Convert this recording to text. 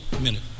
minute